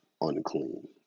Unclean